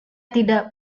tidak